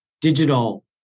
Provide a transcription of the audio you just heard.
digital